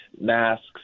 masks